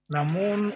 Namun